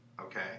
Okay